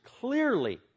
clearly